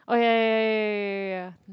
oh ya ya ya ya ya ya